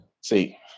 See